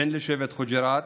בן לשבט חוג'יראת,